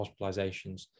hospitalizations